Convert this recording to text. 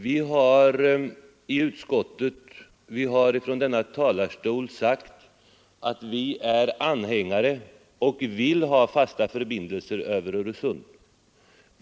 Vi har i utskottet och från kammarens talarstol sagt att vi är anhängare av och vill ha fasta förbindelser över Öresund.